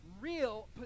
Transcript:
real